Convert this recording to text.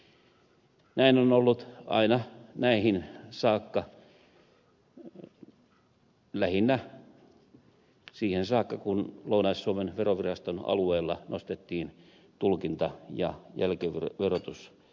näin on ollut aina näihin saakka lähinnä siihen saakka kun lounais suomen veroviraston alueella nostettiin tulkinta ja jälkiverotuskiistat